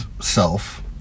self